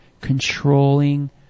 controlling